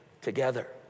together